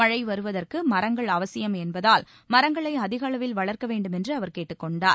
மற்ற வருவதற்கு மரங்கள் அவசியம் என்பதால் மரங்களை அதிக அளவில் வளர்க்க வேண்டுமென்று அவர் கேட்டுக் கொண்டார்